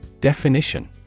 Definition